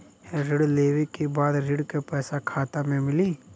ऋण लेवे के बाद ऋण का पैसा खाता में मिली?